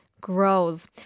grows